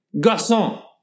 garçon